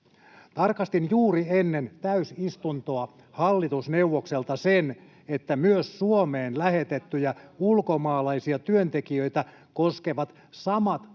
Tarkastin juuri ennen täysistuntoa hallitusneuvokselta sen, että myös Suomeen lähetettyjä ulkomaalaisia työntekijöitä koskevat samat